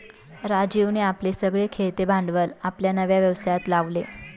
राजीवने आपले सगळे खेळते भांडवल आपल्या नव्या व्यवसायात लावले